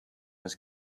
his